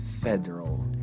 federal